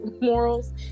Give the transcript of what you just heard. morals